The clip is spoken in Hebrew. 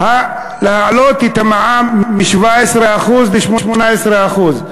להעלות את המע"מ מ-17% ל-18%.